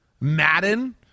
Madden